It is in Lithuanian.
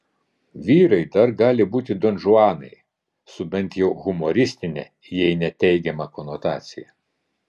vyrai dar gali būti donžuanai su bent jau humoristine jei ne teigiama konotacija